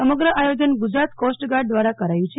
સમગ્ર આયોજન ગુજરાત કોસ્ટગાર્ડ દ્વારા કરાયું છે